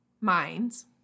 minds